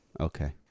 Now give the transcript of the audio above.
Okay